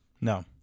No